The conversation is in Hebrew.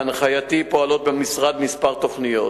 בהנחייתי פועלות במשרד כמה תוכניות.